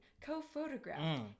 co-photographed